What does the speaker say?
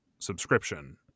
subscription